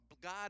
God